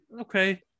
okay